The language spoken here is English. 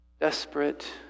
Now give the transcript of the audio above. desperate